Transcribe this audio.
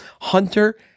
Hunter